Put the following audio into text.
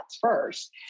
first